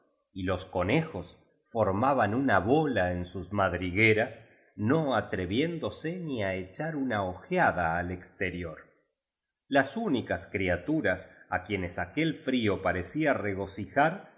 y los conejos for maban una bola en sus madrigueras no atreviéndose ni a echar una ojeada al exterior las únicas criaturas á quienes aquel frío parecía regocijar